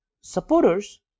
Supporters